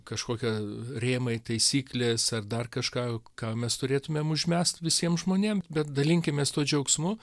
kažkokia rėmai taisyklės ar dar kažką ką mes turėtumėm užmest visiem žmonėm bet dalinkimės tuo džiaugsmu